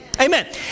Amen